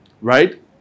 Right